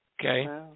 Okay